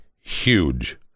huge